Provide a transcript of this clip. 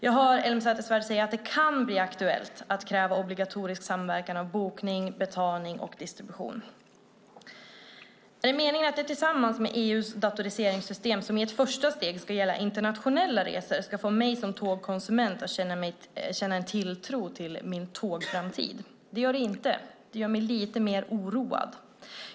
Jag hör Elmsäter-Svärd säga att det "kan bli aktuellt att kräva obligatorisk samverkan vad gäller bokning, betalning och distribution". Är det meningen att det tillsammans med EU:s datoriseringssystem, som i ett första steg ska gälla internationella resor, ska få mig som tågkonsument att känna en tilltro till min tågframtid? Så är det inte. I stället gör det mig lite mer oroad.